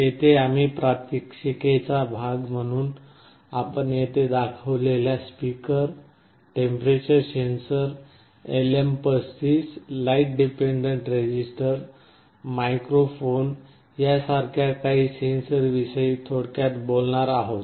येथे आम्ही प्रात्यक्षिकेचा भाग म्हणून आपण येथे दाखवलेल्या speaker temperature sensor LM35 light dependent resistor microphone सारख्या काही सेन्सरविषयी थोडक्यात बोलणार आहोत